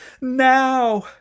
now